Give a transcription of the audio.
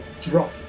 drop